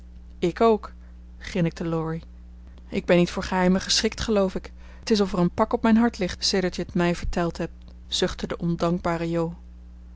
ik ook grinnikte laurie ik ben niet voor geheimen geschikt geloof ik t is of er een pak op mijn hart ligt sedert je t mij verteld hebt zuchtte de ondankbare jo